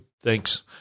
Thanks